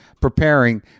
preparing